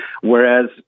Whereas